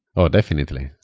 oh, definitely.